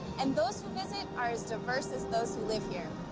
and those who visit are as diverse as those who live here.